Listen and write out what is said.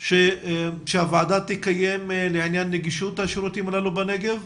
שהוועדה תקיים לעניין נגישות השירותים האלה בנגב,